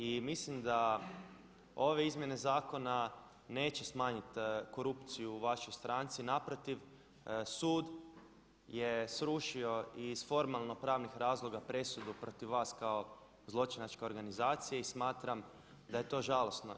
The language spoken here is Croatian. I mislim da ove izmjene zakona neće smanjiti korupciju u vašoj stranci, naprotiv sud je srušio i iz formalno pravnih razloga presudu protiv vas kao zločinačke organizacije i smatram da je to žalosno.